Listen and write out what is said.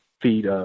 feed